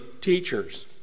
teachers